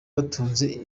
batunze